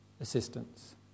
assistance